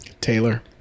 Taylor